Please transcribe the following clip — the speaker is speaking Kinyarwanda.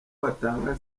batanga